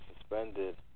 suspended